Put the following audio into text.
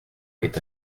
est